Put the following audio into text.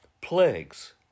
plagues